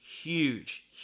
huge